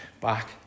back